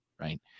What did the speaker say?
right